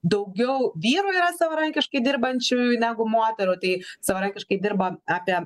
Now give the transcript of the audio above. daugiau vyrų yra savarankiškai dirbančiųjų negu moterų tai savarankiškai dirba apie